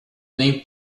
nem